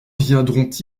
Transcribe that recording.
viendront